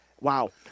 wow